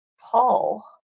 Paul